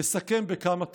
לסכם בכמה תובנות.